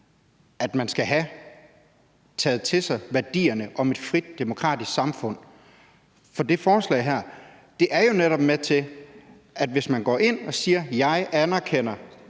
at man skal have taget værdierne om et frit, demokratisk samfund til sig, for det forslag her er jo netop med til det. Hvis man går ind og siger, at man anerkender,